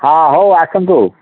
ହଁ ହଉ ଆସନ୍ତୁ